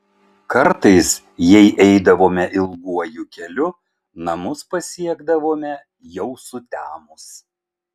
kartais jei eidavome ilguoju keliu namus pasiekdavome jau sutemus